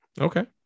Okay